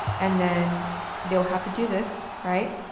and then they'll have to do this. right.